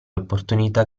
opportunità